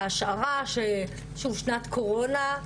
ההשערה שוב שנת קורונה,